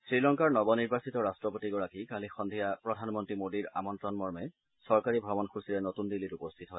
শ্ৰীলংকাৰ নৱ নিৰ্বাচিত ৰট্টপতিগৰাকী কালি সদ্ধিয়া প্ৰধানমন্ত্ৰী মোদীৰ আমন্ত্ৰণমৰ্মে চৰকাৰী ভ্ৰমণসূচীৰে নতৃন দিল্লীত উপস্থিত হয়